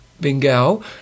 Bengal